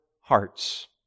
hearts